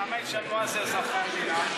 כמה ישלמו על זה אזרחי המדינה?